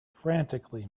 frantically